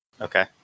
Okay